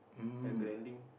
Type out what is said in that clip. at the ending